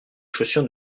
chaussures